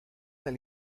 del